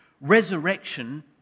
resurrection